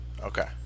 Okay